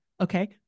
Okay